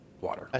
water